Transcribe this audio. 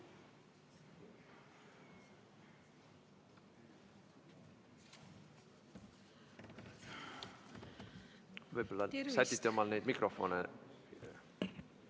Võib-olla sätite omal neid mikrofone.